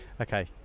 Okay